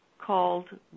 called